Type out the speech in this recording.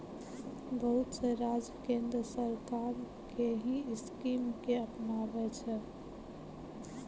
बहुत से राज्य केन्द्र सरकार के ही स्कीम के अपनाबै छै